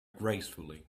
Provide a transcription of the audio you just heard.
gracefully